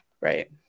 Right